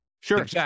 sure